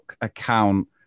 account